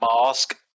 mask